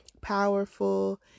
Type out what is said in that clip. powerful